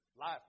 Life